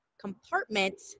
compartment